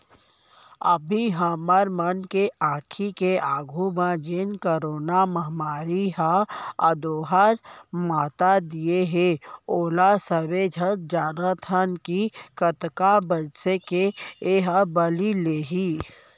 अभी हमर मन के आंखी के आघू म जेन करोना महामारी ह अंदोहल मता दिये हे ओला सबे झन जानत हन कि कतका मनसे के एहर बली लेही